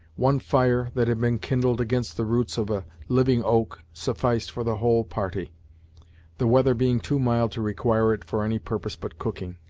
one fire, that had been kindled against the roots of a living oak, sufficed for the whole party the weather being too mild to require it for any purpose but cooking.